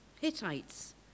Hittites